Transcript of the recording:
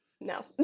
no